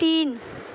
तीन